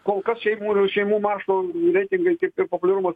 kol kas šeimų šeimų maršo reitingai kaip ir populiarumas